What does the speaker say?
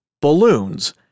Balloons